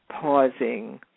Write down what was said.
pausing